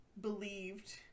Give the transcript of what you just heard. believed